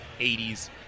80s